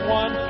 one